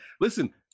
Listen